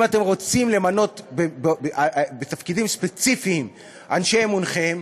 אם אתם רוצים למנות בתפקידים ספציפיים אנשי אמונכם,